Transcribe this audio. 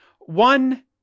One